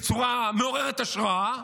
בצורה מעוררת השראה,